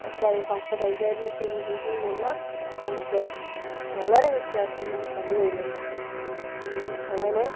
അത് ഭാഷ കൈകാര്യം ചെയ്യുന്ന രീതിയിലെല്ലാം നമുക്ക് വളരെ വ്യത്യാസം നമുക്ക് കണ്ടു വരുന്നുണ്ട് അങ്ങനെ